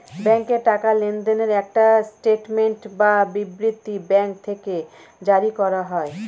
ব্যাংকে টাকা লেনদেনের একটা স্টেটমেন্ট বা বিবৃতি ব্যাঙ্ক থেকে জারি করা হয়